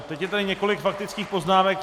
Teď je tady několik faktických poznámek.